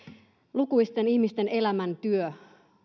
lukuisten ihmisten elämäntyö